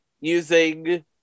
using